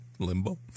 limbo